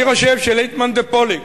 אני חושב שלית מאן דפליג